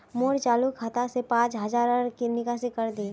मोर चालु खाता से पांच हज़ारर निकासी करे दे